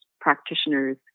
practitioners